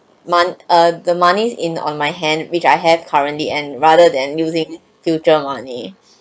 man err the moneys in on my hand which I have currently and rather than using future money